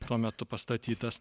tuo metu pastatytas